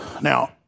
Now